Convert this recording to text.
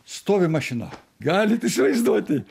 stovi mašina galit įsivaizduoti